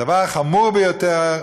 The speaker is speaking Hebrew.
הדבר החמור ביותר,